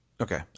Okay